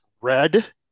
red